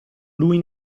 lui